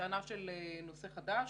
טענה של נושא חדשה,